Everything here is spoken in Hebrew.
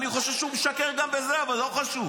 אני חושב שהוא משקר גם בזה, אבל לא חשוב.